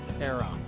era